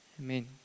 Amen